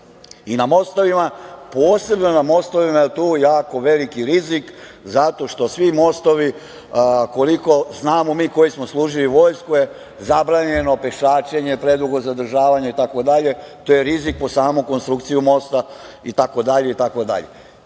i na mostovima. Posebno ne na mostovima, jer je tu jako veliki rizik, zato što svi mostovi, koliko znamo mi koji smo služili vojsku, zabranjeno je pešačenje, predugo zadržavanje itd, to je rizik po samu konstrukciju mosta itd,